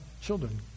children